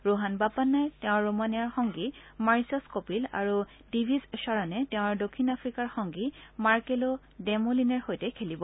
ৰোহান বাপ্পানাই তেওঁৰ ৰোমাণীয়াৰ সংগী মাৰিছাছ কপিল আৰু দিভিজ খৰণে তেওঁৰ দক্ষিণ আফ্ৰিকাৰ সংগী মাৰ্কেল ডেমলিনেৰ সৈতে খেলিব